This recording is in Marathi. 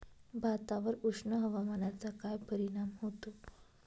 भातावर उष्ण हवामानाचा काय परिणाम होतो?